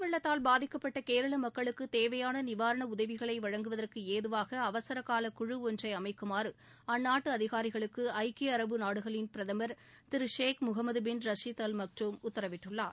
வெள்ளத்தால் பாதிக்கப்பட்ட கேரள மக்களுக்கு தேவையான நிவாரண உதவிகளை மழை வழங்குவதற்கு ஏதுவாக அவசரகால குழு ஒன்றை அமைக்குமாறு அந்நாட்டு அதிகாரிகளுக்கு ஐக்கிய அரபு நாடுகளின் பிரதமர் திரு Sheikh Mohammed bin Rashid Al Maktoum உத்தரவிட்டுள்ளார்